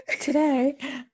today